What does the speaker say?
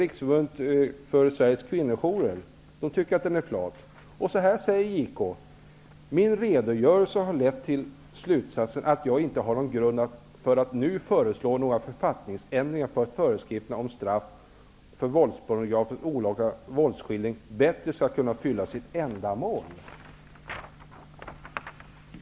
Inom ROKS -- tycker man att den är flat. Så här säger JK: ''Min redogörelse har lett till slutsatsen att jag inte har grund för att nu föreslå några författningsändringar för att föreskrifterna om straff för våldspornografisk olaga våldsskildring bättre skall kunna fylla sitt ändamål.''